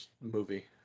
movie